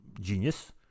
genius